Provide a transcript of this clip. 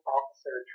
Officer